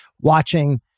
watching